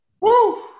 Woo